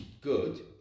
good